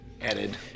added